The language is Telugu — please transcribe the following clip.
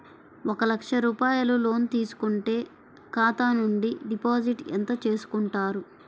ఒక లక్ష రూపాయలు లోన్ తీసుకుంటే ఖాతా నుండి డిపాజిట్ ఎంత చేసుకుంటారు?